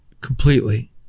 Completely